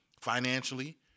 financially